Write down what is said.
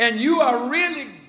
and you are really